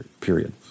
period